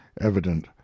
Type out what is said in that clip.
evident